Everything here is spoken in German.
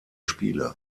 spiele